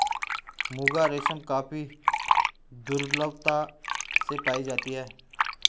मुगा रेशम काफी दुर्लभता से पाई जाती है